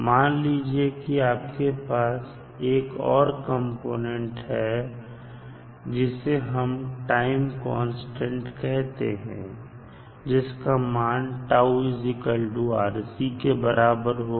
मान लीजिए की आपके पास एक और कंपोनेंट है जिसे हम टाइम कांस्टेंट कहते हैं जिसका मान τ RC के बराबर होगा